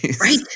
Right